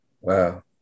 Wow